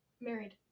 married